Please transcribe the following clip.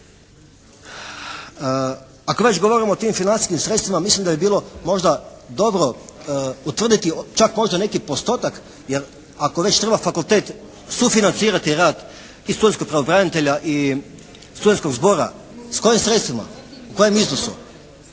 Ako već govorimo o tim financijskim sredstvima mislim da bi bilo možda dobro utvrditi čak možda neki postotak jer ako već treba fakultet sufinancirati rad i studentskog pravobranitelja i studentskog zbora, s kojim sredstvima, u kojem iznosu.